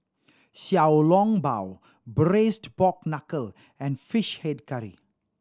Xiao Long Bao Braised Pork Knuckle and Fish Head Curry